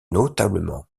notablement